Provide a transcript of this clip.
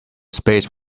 space